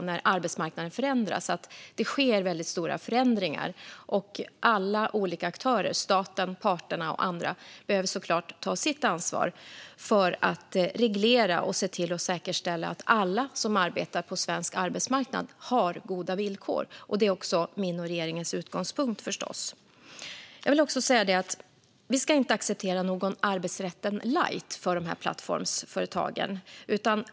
När arbetsmarknaden förändras sker det alltid stora förändringar, och alla olika aktörer - staten, parterna och andra - behöver ta sitt ansvar för att reglera och säkerställa att alla som arbetar på svensk arbetsmarknad har goda villkor. Det är förstås också min och regeringens utgångspunkt. Vi ska inte acceptera någon arbetsrätt i lightversion för de här företagen.